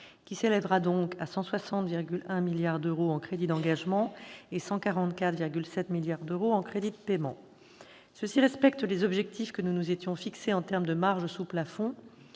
qui s'élèvera donc à 160,1 milliards d'euros au titre des crédits d'engagement et à 144,7 milliards d'euros au titre des crédits de paiement. Cela respecte les objectifs que nous nous étions fixés en termes de marge sous plafond.